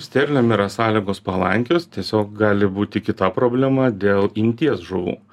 sterlėm yra sąlygos palankios tiesiog gali būti kita problema dėl imties žuvų